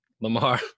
Lamar